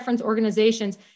organizations